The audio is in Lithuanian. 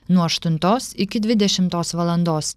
nuo aštuntos iki dvidešimtos valandos